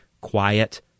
quiet